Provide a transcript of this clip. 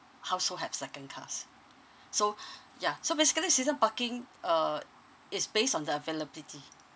household have second cars so ya so basically season parking uh is based on the availability